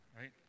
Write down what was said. right